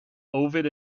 ovid